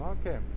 Okay